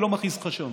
אני לא מכניס לך שם.